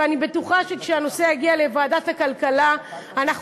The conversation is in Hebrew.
ואני בטוחה שכשהנושא יגיע לוועדת הכלכלה אנחנו